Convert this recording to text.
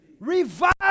Revive